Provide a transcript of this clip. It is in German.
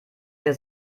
der